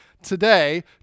today